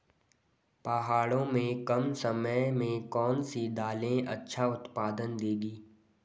पहाड़ों में कम समय में कौन सी दालें अच्छा उत्पादन देंगी?